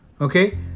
Okay